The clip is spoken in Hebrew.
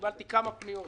קיבלתי כמה פניות